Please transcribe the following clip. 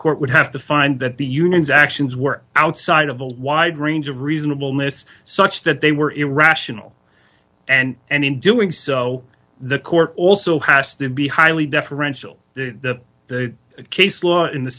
court would have to find that the union's actions were outside of the wide range of reasonable miss such that they were irrational and and in doing so the court also has to be highly deferential the case law in the